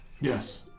Yes